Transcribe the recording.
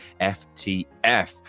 ftf